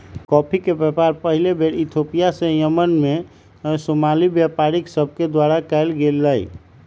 coffee के व्यापार पहिल बेर इथोपिया से यमन में सोमाली व्यापारि सभके द्वारा कयल गेलइ